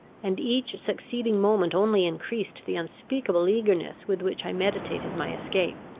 and each succeeding moment only increased the unspeakable eagerness with which i meditated my escape.